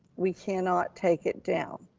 we cannot take it down.